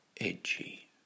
edgy